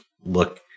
look